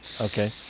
Okay